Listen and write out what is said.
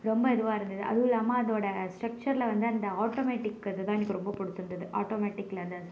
ரொம்ப இதுவாக இருந்தது அதுவும் இல்லாமல் அதோடய ஸ்டரக்ச்சரில் வந்து அந்த ஆட்டோமேட்டிக் இதுதான் எனக்கு ரொம்ப பிடிச்சிருந்துது ஆட்டோமெட்டிக்கில் அந்த